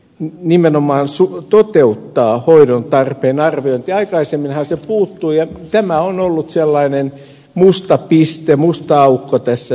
ne nimenomaan suku toteuttaa hoidon tarpeen arviointi aikaisemminhan tämä puuttui ja tämä on ollut sellainen musta piste musta aukko tässä terveydenhoidossa